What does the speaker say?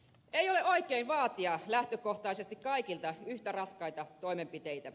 ei ole oikein vaatia lähtökohtaisesti kaikilta yhtä raskaita toimenpiteitä